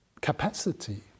capacity